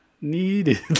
needed